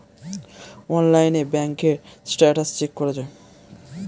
অনলাইনে ব্যাঙ্কের status check করা যায়